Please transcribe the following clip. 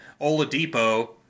Oladipo